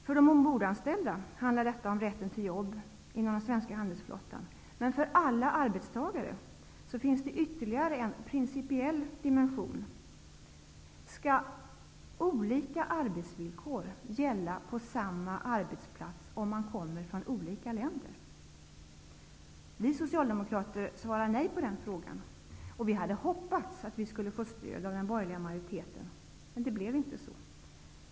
För de ombordanställda handlar detta om rätten till jobb inom den svenska handelsflottan, men för alla arbetstagare finns ytterligare en principiell dimension: Skall olika arbetsvillkor gälla på samma arbetsplats om arbetstagarna kommer från olika länder? Vi Socialdemokrater svarar nej på den frågan, och vi hade hoppats att vi skulle få stöd av den borgerliga majoriteten, men det blev inte så.